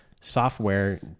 software